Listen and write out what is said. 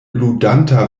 ludanta